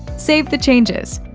save the changes.